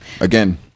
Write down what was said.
again